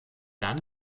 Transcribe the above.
dann